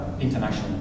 international